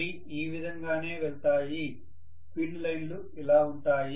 అవి ఈ విధంగానే వెళ్తాయి ఫీల్డ్ లైన్లు ఇలా ఉంటాయి